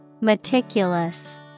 Meticulous